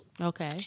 Okay